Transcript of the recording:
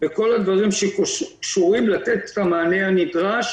בכל הדברים שקשורים לתת את המענה הנדרש